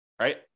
right